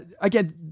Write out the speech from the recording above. Again